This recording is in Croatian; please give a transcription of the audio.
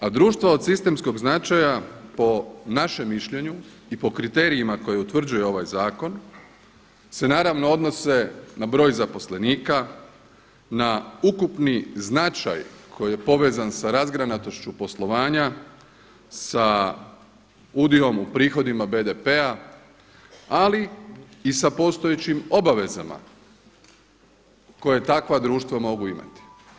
A društva od sistemskog značaja po našem mišljenju i po kriterijima koja utvrđuje ovaj zakona se naravno odnose na broj zaposlenika, na ukupni značaj koji je povezan sa razgranatošću poslovanja, sa udiom u prihodima BDP-a, ali i sa postojećim obavezama koje takva društva mogu imati.